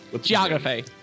Geography